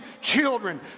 children